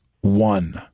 one